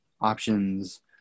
options